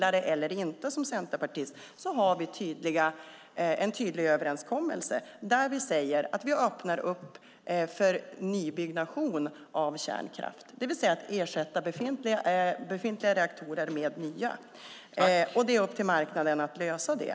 Antingen jag som centerpartist gillar det eller inte har vi en tydlig överenskommelse där vi säger att vi öppnar upp för nybyggnation av kärnkraft, det vill säga att ersätta befintliga reaktorer med nya. Det är upp till marknaden att lösa det.